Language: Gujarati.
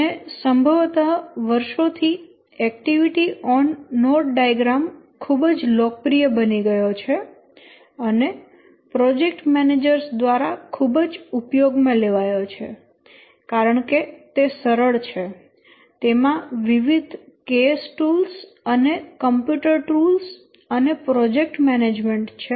અને સંભવત વર્ષોથી એક્ટિવિટી ઓન નોડ ડાયાગ્રામ ખૂબ જ લોકપ્રિય બની ગયો છે અને પ્રોજેક્ટ મેનેજર્સ દ્વારા ખૂબ જ ઉપયોગમાં લેવાયો છે કારણકે તે સરળ છે તેમાં વિવિધ CASE ટૂલ્સ અને કમ્પ્યુટર ટૂલ્સ અને પ્રોજેક્ટ મેનેજમેન્ટ છે